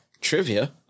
trivia